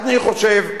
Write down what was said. אני חושב,